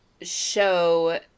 show